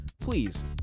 please